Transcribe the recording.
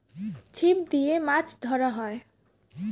ছিপ দিয়ে মাছ ধরা হয়